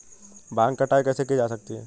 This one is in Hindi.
भांग की कटाई कैसे की जा सकती है?